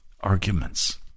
Arguments